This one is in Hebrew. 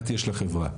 את יש לך חברה.